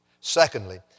Secondly